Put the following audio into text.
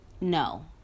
no